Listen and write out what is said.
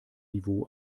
niveau